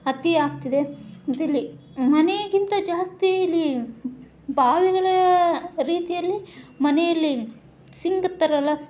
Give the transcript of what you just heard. ಅತೀ ಆಗ್ತಿದೆ ಮತ್ತು ಇಲ್ಲಿ ಮನೆಗಿಂತ ಜಾಸ್ತಿ ಇಲ್ಲಿ ಬಾವಿಗಳ ರೀತಿಯಲ್ಲಿ ಮನೆಯಲ್ಲಿ ಸಿಂಕ್ ಥರ ಎಲ್ಲ